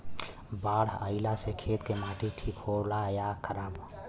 बाढ़ अईला से खेत के माटी ठीक होला या खराब?